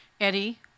Eddie